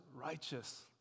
righteous